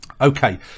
Okay